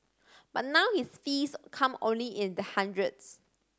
but now his fees come only in the hundreds